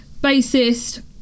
bassist